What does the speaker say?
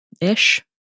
ish